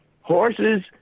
Horses